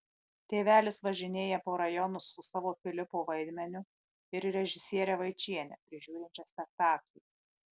tėvelis važinėja po rajonus su savo filipo vaidmeniu ir režisiere vaičiene prižiūrinčia spektaklį